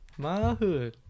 Mahood